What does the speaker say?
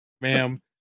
ma'am